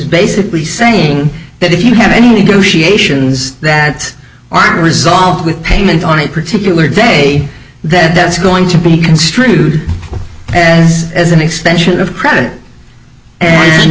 basically saying that if you have any negotiations that are resolved with payment on a particular day that that's going to be construed as as an extension of credit and